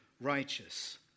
righteous